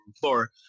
floor